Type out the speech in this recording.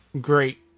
Great